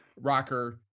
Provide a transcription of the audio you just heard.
rocker